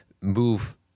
move